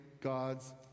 God's